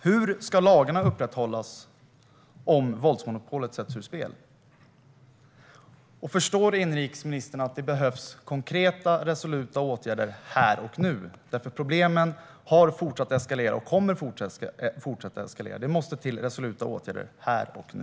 Hur ska lagarna upprätthållas om våldsmonopolet sätts ur spel? Och förstår inrikesministern att det behövs konkreta och resoluta åtgärder här och nu? Problemen har nämligen fortsatt att eskalera och kommer att fortsätta att eskalera. Det måste till resoluta åtgärder här och nu.